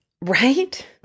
Right